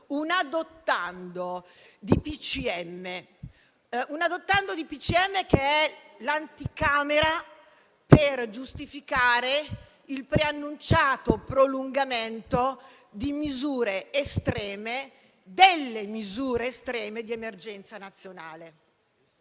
dei ministri che è l'anticamera per giustificare il preannunciato prolungamento delle misure estreme di emergenza nazionale.